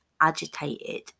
agitated